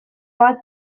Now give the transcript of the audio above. bat